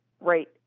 Right